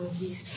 movies